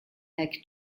lake